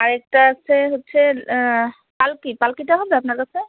আর একটা আছে হচ্ছে পালকি পালকিটা হবে আপনার কাছে